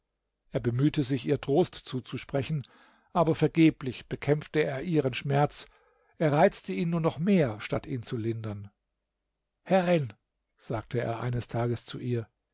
er bemühte sich ihr trost zuzusprechen aber vergeblich bekämpfte er ihren schmerz er reizte ihn nur noch mehr statt ihn zu lindern herrin sagte er eines tages zu ihr